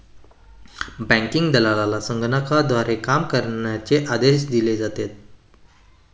banking दलालाला संगणकाद्वारे काम करण्याचे आदेश दिले जातात